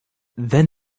then